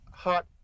hot